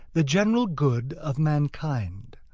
the general good of mankind.